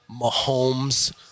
Mahomes